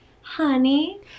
honey